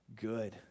good